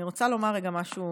אני רוצה לומר רגע משהו.